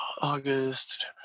August